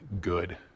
good